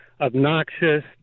obnoxious